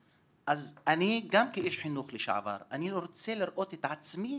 אז אני גם כאיש חינוך לשעבר רוצה לראות את עצמי